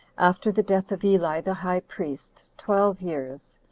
after the death of eli the high priest, twelve years,